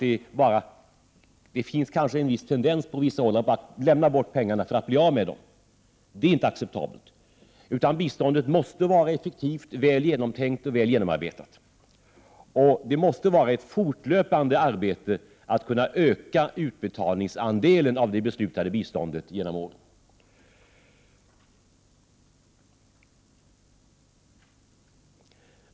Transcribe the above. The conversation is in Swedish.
Det finns kanske en tendens på vissa håll att bara lämna bort pengarna för att bli av med dem. Det är emellertid inte acceptabelt, utan biståndet måste vara effektivt, väl genomtänkt och väl genomarbetat. Och det måste vara ett fortlöpande 27 arbete att öka utbetalningsandelen av det beslutade biståndet genom åren.